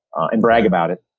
and brag about it.